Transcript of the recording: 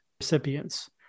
recipients